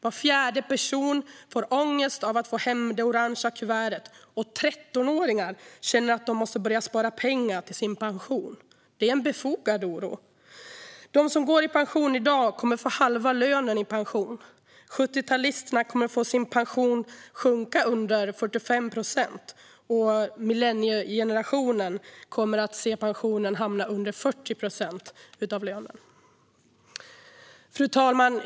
Var fjärde person får ångest av att få hem det orangefärgade kuvertet, och 13-åringar känner att de måste börja spara pengar till sin pension. Det är en befogad oro. De som går i pension i dag kommer att få halva lönen i pension. 70talisterna kommer att få se sin pension sjunka under 45 procent, och millenniegenerationen kommer att se pensionen hamna under 40 procent av lönen. Fru talman!